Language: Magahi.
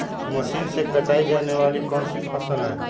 मशीन से काटे जाने वाली कौन सी फसल है?